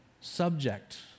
subject